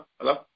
Hello